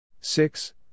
Six